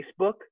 Facebook